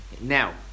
Now